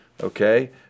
okay